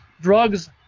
drugs